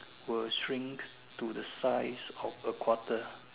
were shrinked to the size of a quarter